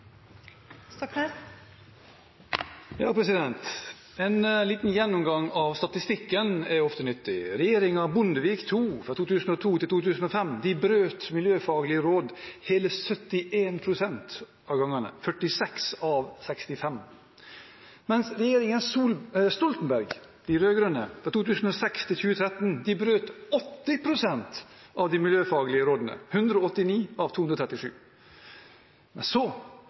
ofte nyttig. Regjeringen Bondevik II, fra 2002 til 2005, brøt miljøfaglige råd hele 71 pst. av gangene, 46 av 65. Regjeringen Stoltenberg, de rød-grønne fra 2006 til 2013, brøt 80 pst. av de miljøfaglige rådene, 189 av 237.